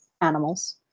animals